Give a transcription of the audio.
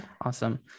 Awesome